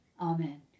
Amen